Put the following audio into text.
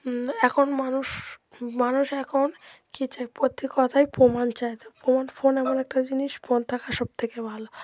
এখন মানুষ মানুষ এখন কী চায় প্রত্যেক কথায় প্রমাণ চায় তো প্রমাণ ফোন এমন একটা জিনিস ফোন থাকা সবথেকে ভালো